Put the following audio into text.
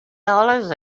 dollars